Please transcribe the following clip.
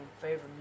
favorite